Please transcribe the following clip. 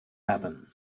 happen